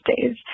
days